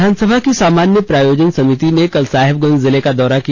विधानसभा की सामान्य प्रयोजन समिति ने कल साहेबगंज जिले का दौरा किया